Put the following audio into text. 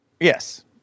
Yes